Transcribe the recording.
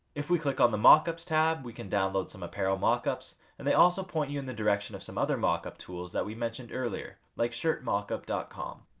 if we click on the mockups tab, we can download some apparel mock ups and they also point you in the direction of some other mock up tools that we mentioned earlier like shirtmockup com.